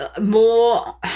more